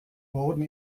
boden